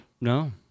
No